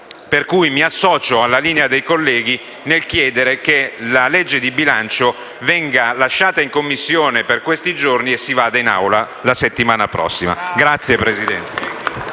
Pertanto, mi associo alla linea dei colleghi nel chiedere che la legge di bilancio venga lasciata in Commissione in questi giorni e vada in Aula la settimana prossima. *(Applausi